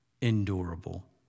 endurable